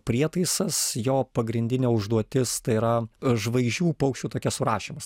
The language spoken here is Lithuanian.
prietaisas jo pagrindinė užduotis tai yra žvaigždžių paukščių take surašymas